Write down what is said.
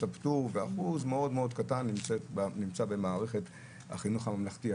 הפטור ואחוז מאוד מאוד קטן נמצא במערכת החינוך הממלכתי.